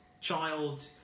child